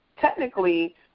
technically